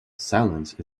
silence